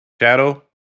shadow